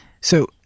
So-